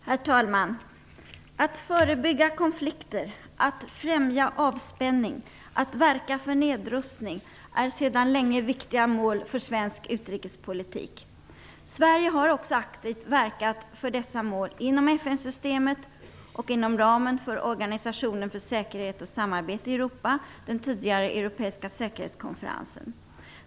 Herr talman! Att förebygga konflikter, att främja avspänning och att verka för nedrustning är sedan länge viktiga mål för svensk utrikespolitik. Sverige har också aktivt verkat för dessa mål inom FN systemet och inom ramen för Organisationen för säkerhet och samarbete i Europa, den tidigare Europeiska säkerhetskonferensen.